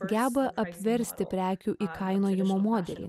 geba apversti prekių įkainojimo modelį